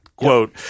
quote